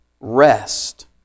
rest